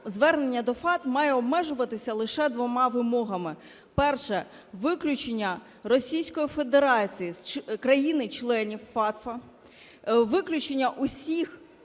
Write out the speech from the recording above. звернення до FATF має обмежуватися лише двома вимогами. Перше. Виключення Російської Федерації з країн-членів FATF. Виключення всіх